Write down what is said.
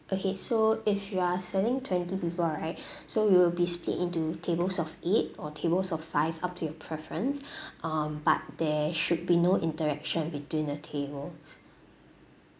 okay so if you are serving twenty people right so you will be split into tables of eight or tables of five up to your preference um but there should be no interaction between the tables